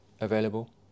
available